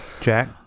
Jack